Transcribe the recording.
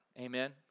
Amen